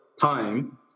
time